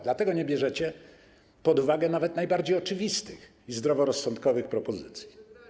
Dlatego nie bierzecie pod uwagę nawet najbardziej oczywistych i zdroworozsądkowych propozycji.